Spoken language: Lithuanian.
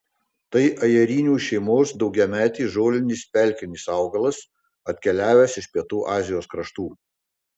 tai ajerinių šeimos daugiametis žolinis pelkinis augalas atkeliavęs iš pietų azijos kraštų